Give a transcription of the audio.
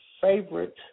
favorite